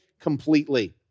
completely